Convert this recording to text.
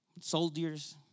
soldiers